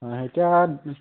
অঁ এতিয়া